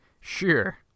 Sure